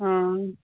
आं